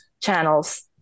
channels